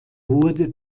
wurde